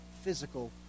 physical